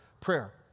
prayer